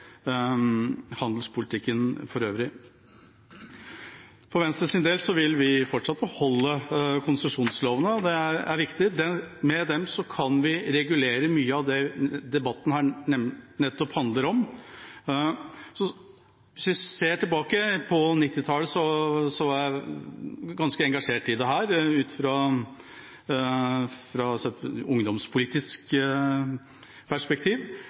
handelspolitikken for øvrig. For Venstres del vil vi fortsatt beholde konsesjonslovene. Det er viktig. Med dem kan vi regulere mye av det denne debatten handler om. Hvis vi går tilbake til 1990-tallet, var jeg ganske engasjert i dette, ut fra et ungdomspolitisk perspektiv.